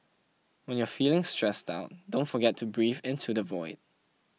when you are feeling stressed out don't forget to breathe into the void